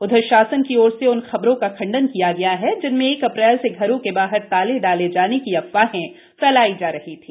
उधर शासन की ओर से उन खबरों का भी खंडन किया गया है जिनमें एक अप्रैल से घरों के बाहर ताले डाले जाने की अफवाहें फैलाई जा रही थी